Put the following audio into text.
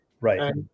right